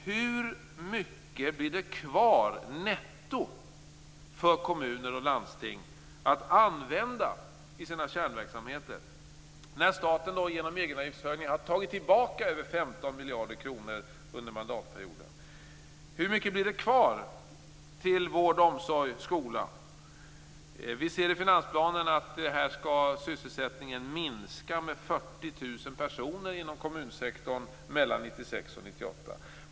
Hur mycket blir det kvar, netto, för kommuner och landsting att använda i sina kärnverksamheter när staten genom egenavgiftshöjningen har tagit tillbaka över 15 miljarder kronor under mandatperioden? Hur mycket blir det kvar till vård, omsorg och skola? Vi ser i finansplanen att sysselsättningen skall minska med 40 000 personer inom kommunsektorn mellan 1996 och 1998.